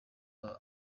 aba